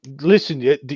Listen